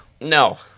No